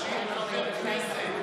הצבעה שמית, חברי הכנסת.